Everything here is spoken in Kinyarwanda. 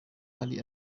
hari